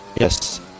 Yes